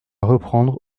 reprendre